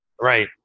Right